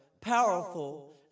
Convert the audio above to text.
powerful